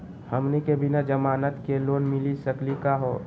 हमनी के बिना जमानत के लोन मिली सकली क हो?